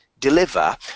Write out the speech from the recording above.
deliver